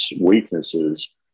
weaknesses